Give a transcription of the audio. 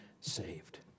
saved